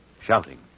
shouting